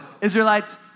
Israelites